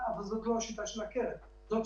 חלק מהפתרון נמצא בתוך הקרן הזו,